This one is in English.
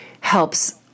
helps